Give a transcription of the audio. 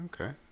okay